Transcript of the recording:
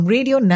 Radio